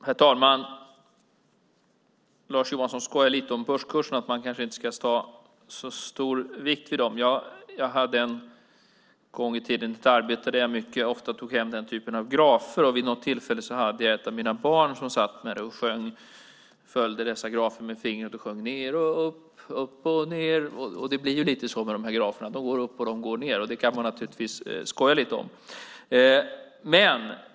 Herr talman! Lars Johansson skojade lite grann om börskurserna - att man kanske inte ska lägga så stor vikt vid dem. Jag hade en gång i tiden ett arbete där jag mycket ofta tog hem den typen av grafer. Vid något tillfälle satt ett av mina barn och följde dessa grafer med fingret och sjöng: Ned och upp, upp och ned. Det är lite grann så med dessa grafer. De går upp, och de går ned. Det kan man naturligtvis skoja lite grann om.